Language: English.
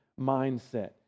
mindset